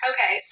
Okay